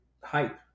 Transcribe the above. hype